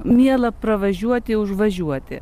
miela pravažiuoti užvažiuoti